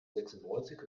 sechsundneunzig